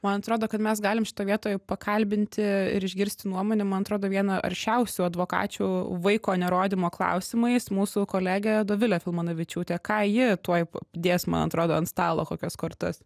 man atrodo kad mes galim šitoj vietoj pakalbinti ir išgirsti nuomonę man atrodo vieną aršiausių advokačių vaiko nerodymo klausimais mūsų kolegę dovilę filmanavičiūtę ką ji tuoj dės man atrodo ant stalo kokias kortas